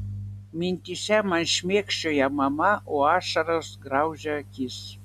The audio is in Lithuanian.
mintyse man šmėkščioja mama o ašaros graužia akis